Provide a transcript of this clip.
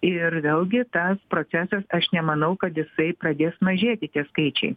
ir vėlgi tas procesas aš nemanau kad jisai pradės mažėti tie skaičiai